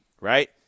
right